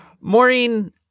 Maureen